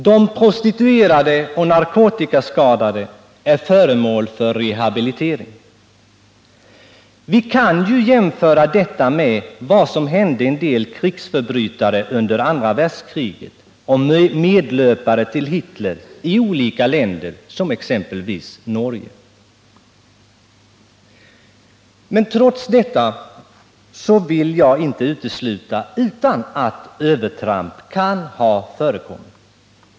De prostituerade och narkotikaskadade är föremål för rehabilitering. Vi kan ju jämföra detta med vad som hände en del krigsförbrytare under andra världskriget och medlöpare till Hitler i olika länder som exempelvis Norge. Trots detta vill jag inte utesluta att övertramp kan ha förekommit.